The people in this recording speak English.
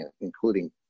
including